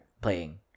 playing